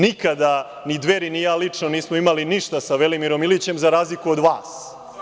Nikada ni Dveri ni ja lično nismo imali sa Velimirom Ilićem, za razliku od vas.